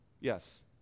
yes